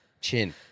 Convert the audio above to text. Chin